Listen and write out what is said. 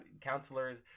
counselors